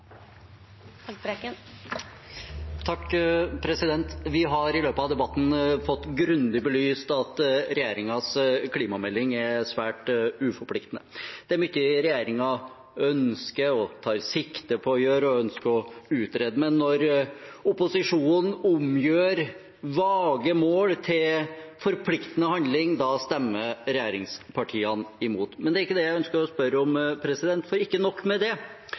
Vi har i løpet av debatten fått grundig belyst at regjeringens klimamelding er svært uforpliktende. Det er mye regjeringen ønsker og tar sikte på å gjøre og ønsker å utrede, men når opposisjonen omgjør vage mål til forpliktende handling, da stemmer regjeringspartiene imot. Men det er ikke det jeg ønsker å spørre om, for ikke nok med det,